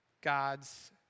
God's